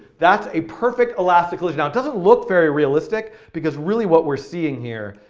that's a perfect elastically, now, it doesn't look very realistic, because really what we're seeing here,